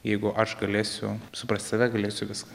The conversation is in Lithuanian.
jeigu aš galėsiu suprasti save galėsiu viską